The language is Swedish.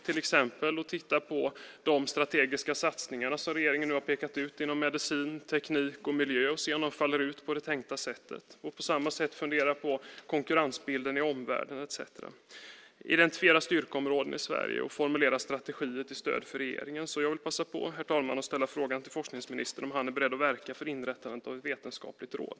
Till exempel skulle rådet kunna titta på de strategiska satsningar som regeringen har pekat ut inom medicin, teknik och miljö och se om de faller ut på det tänkta sättet, fundera på konkurrensbilden i omvärlden, identifiera styrkeområden i Sverige och formulera strategier till stöd för regeringen. Jag vill, herr talman, passa på att ställa frågan till forskningsministern om han är beredd att verka för inrättandet av ett vetenskapligt råd.